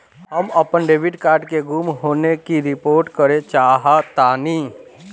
हम अपन debit card के गुम होने की रिपोर्ट करे चाहतानी